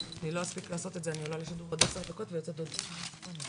הישיבה ננעלה בשעה 12:17.